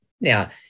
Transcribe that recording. Now